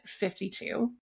52